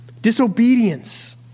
Disobedience